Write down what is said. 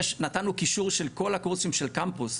ונתנו קישור של כל הקורסים של קמפוס,